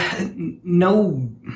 no